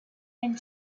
and